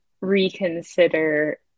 reconsider